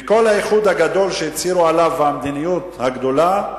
מכל האיחוד הגדול שהצהירו עליו, והמדיניות הגדולה,